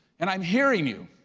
and i'm hearing you,